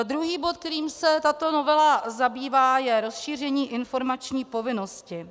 Druhý bod, kterým se tato novela zabývá, je rozšíření informační povinnosti.